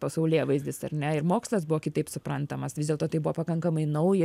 pasaulėvaizdis ar ne ir mokslas buvo kitaip suprantamas vis dėlto tai buvo pakankamai nauja